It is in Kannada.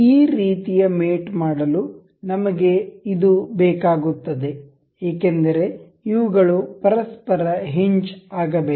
ಈ ರೀತಿಯ ಮೇಟ್ ಮಾಡಲು ನಮಗೆ ಇದು ಬೇಕಾಗುತ್ತದೆ ಏಕೆಂದರೆ ಇವುಗಳು ಪರಸ್ಪರ ಹಿಂಜ್ ಆಗಬೇಕು